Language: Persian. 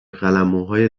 قلمموهای